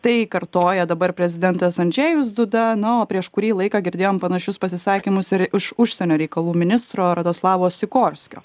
tai kartoja dabar prezidentas andžejus duda na o prieš kurį laiką girdėjom panašius pasisakymus ir iš užsienio reikalų ministro radoslavo sikorskio